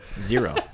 zero